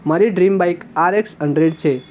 મારી dream bike R X hundred છે